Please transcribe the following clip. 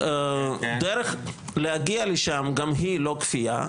ודרך להגיע לשם גם היא לא כפייה.